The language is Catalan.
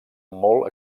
molt